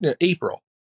April